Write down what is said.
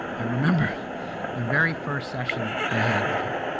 i remember the very first session i had with her.